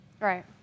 Right